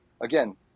Again